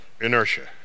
inertia